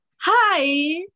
Hi